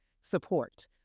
support